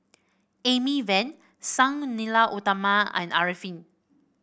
Amy Van Sang Nila Utama and Arifin